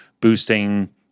boosting